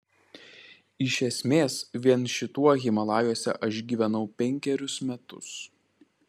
iš esmės vien šituo himalajuose aš gyvenau penkerius metus